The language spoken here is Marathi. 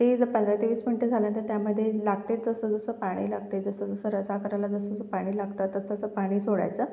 ते जर पंधरा ते वीस मिनिटं झाल्यानंतर त्यामध्ये लागते तसं तसं पाणी लागतंय जसं जसं रस्सा करायला जसं जसं पाणी लागतं तसं तसं पाणी सोडायचं